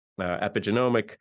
epigenomic